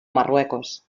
marruecos